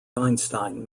einstein